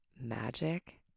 magic